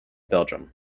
belgium